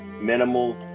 minimal